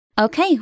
Okay